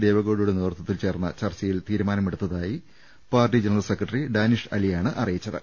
ദേവ ഗൌഡയുടെ നേതൃത്വത്തിൽ ചേർന്ന ചർച്ചയിൽ തീരുമാനം എടുത്ത തായി പാർട്ടി ജനറൽ സെക്രട്ടറി ഡാനിഷ് അലിയാണ് അറിയിച്ചത്